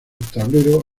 tablero